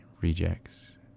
Rejects